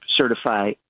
certify